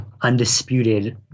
undisputed